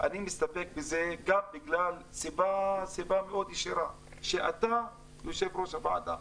אני מסתפק בדברים אלו כי אתה יושב-ראש הוועדה.